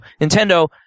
Nintendo